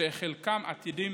וחלקם עתידיים